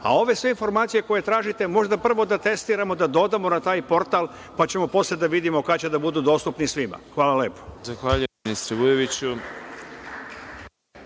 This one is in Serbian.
a ove sve informacije koje tražite moramo prvo da testiramo, da dodamo na taj Portal, pa ćemo posle da vidimo kada će da budu dostupni svima. Hvala lepo. **Đorđe Milićević**